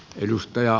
kiitos